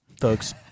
folks